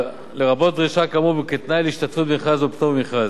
לרבות דרישה כאמור כתנאי להשתתפות במכרז או פטור במכרז.